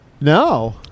No